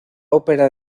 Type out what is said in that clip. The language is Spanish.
ópera